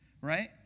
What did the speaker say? right